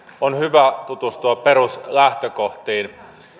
on hyvä tutustua peruslähtökohtiin